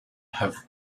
have